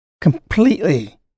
completely